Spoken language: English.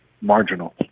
marginal